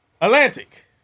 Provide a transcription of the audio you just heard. Atlantic